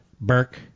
Burke